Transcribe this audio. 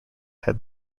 had